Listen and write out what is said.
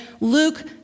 Luke